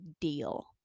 deal